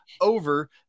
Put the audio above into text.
over